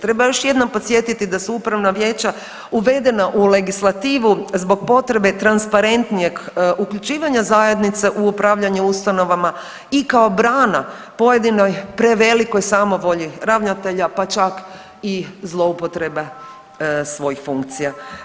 Treba još jednom podsjetiti da su upravna vijeća uvedena u legislativu zbog potrebe transparentnijeg uključivanja zajednice u upravljanje ustanovama i kao brana pojedinoj prevelikoj samovolji ravnatelja pa čak i zloupotrebe svojih funkcija.